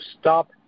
stop